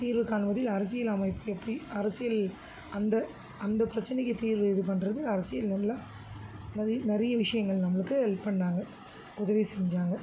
தீர்வு காண்பது அரசியல் அமைப்பு எப்படி அரசியல் அந்த அந்த பிரச்சனைக்கு தீர்வு இது பண்ணுறது அரசியல் நல்லா இந்த மாரி நிறைய விஷயங்கள் நம்மளுக்கு ஹெல்ப் பண்ணாங்க உதவி செஞ்சாங்க